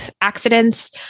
accidents